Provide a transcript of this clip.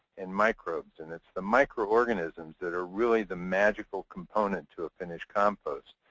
and microbes. and it's the micro-organisms that are really the magical component to a finished compost.